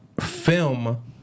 film